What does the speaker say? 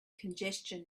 congestion